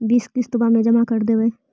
बिस किस्तवा मे जमा कर देवै?